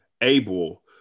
able